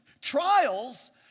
Trials